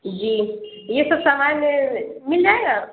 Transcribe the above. جی یہ سب سامان مل جائے گا